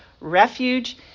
refuge